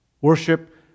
Worship